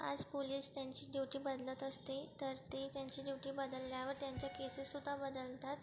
आज पोलिस त्यांची ड्युटी बदलत असते तर ते त्यांची ड्युटी बदलल्यावर त्यांच्या केसेस सुद्धा बदलतात